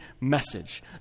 message